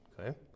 okay